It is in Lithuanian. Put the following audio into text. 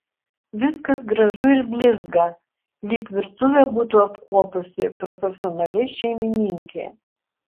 viskas gražu ir blizga lyg virtuvę būtų apkuopusi profesionali šeimininkė